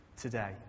today